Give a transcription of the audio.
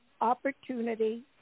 opportunity